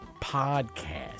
podcast